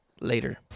later